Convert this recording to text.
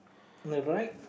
the right